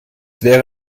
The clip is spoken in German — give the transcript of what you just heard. wäre